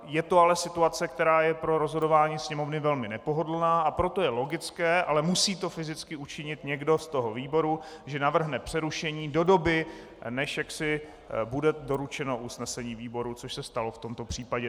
Je to ale situace, která je pro rozhodování Sněmovny velmi nepohodlná, a proto je logické, ale musí to fyzicky učinit někdo z toho výboru, že navrhne přerušení do doby, než bude doručeno usnesení výboru, což se stalo v tomto případě.